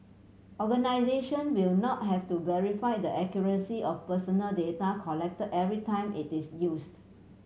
organisation will not have to verify the accuracy of personal data collected every time it is used